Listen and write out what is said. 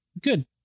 good